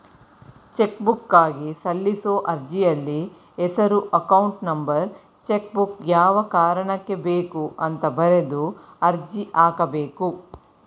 ಚೆಕ್ಬುಕ್ಗಾಗಿ ಸಲ್ಲಿಸೋ ಅರ್ಜಿಯಲ್ಲಿ ಹೆಸರು ಅಕೌಂಟ್ ನಂಬರ್ ಚೆಕ್ಬುಕ್ ಯಾವ ಕಾರಣಕ್ಕೆ ಬೇಕು ಅಂತ ಬರೆದು ಅರ್ಜಿ ಹಾಕಬೇಕು